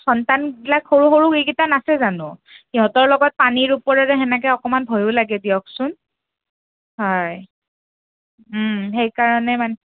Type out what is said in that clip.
সন্তানবিলাক সৰু সৰু সেইকেইটা নাছে জানো সিহঁতৰ লগত পানীৰ ওপৰৰে সেনেকে অকণমান ভয়ো লাগে দিয়কচোন হয় সেইকাৰণে মানে